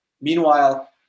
Meanwhile